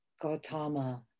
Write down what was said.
Gautama